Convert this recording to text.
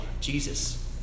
Jesus